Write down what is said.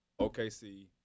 OKC